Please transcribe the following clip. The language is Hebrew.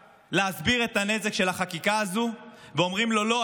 להסביר את הנזק של החקיקה הזו ואומרים לו: לא,